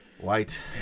white